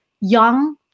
young